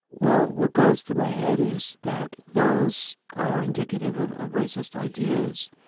well, what goes through my head is that those are indicative of racist ideas.